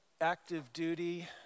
active-duty